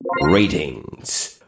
ratings